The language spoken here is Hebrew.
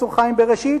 ופרופסור חיים בראשית,